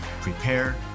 prepare